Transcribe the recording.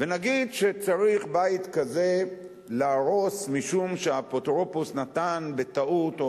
ונגיד שצריך בית כזה להרוס משום שהאפוטרופוס נתן בטעות,